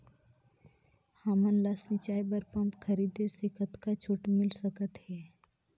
हमन ला सिंचाई बर पंप खरीदे से कतका छूट मिल सकत हे?